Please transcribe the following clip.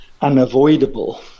unavoidable